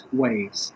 ways